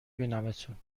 بینمتون